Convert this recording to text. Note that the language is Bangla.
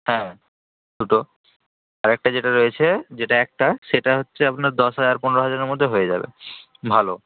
হ্যাঁ দুটো আরেকটা যেটা রয়েছে যেটা একটা সেটা হচ্ছে আপনার দশ হাজার পনেরো হাজারের মধ্যে হয়ে যাবে ভালো